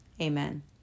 Amen